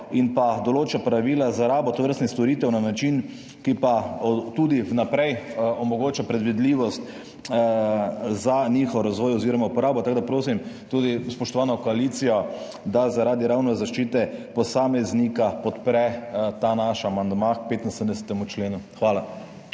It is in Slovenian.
in določa pravila za rabo tovrstnih storitev na način, ki pa tudi vnaprej omogoča predvidljivost za njihov razvoj oziroma uporabo. Prosim tudi spoštovano koalicijo, da ravno zaradi zaščite posameznika podpre ta naš amandma k 75. členu. Hvala.